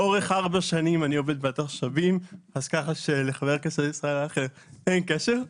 לאורך ארבע שנים אני עובד באתר "שווים" כך שלחבר הכנסת אייכלר אין קשר.